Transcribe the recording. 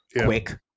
quick